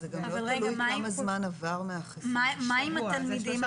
מה עם התלמידים?